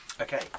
okay